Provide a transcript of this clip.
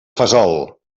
fesol